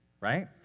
right